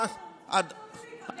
סמוך עלינו,